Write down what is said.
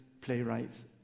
playwrights